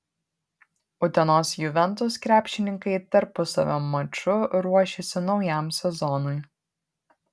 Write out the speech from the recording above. utenos juventus krepšininkai tarpusavio maču ruošiasi naujam sezonui